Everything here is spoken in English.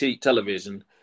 television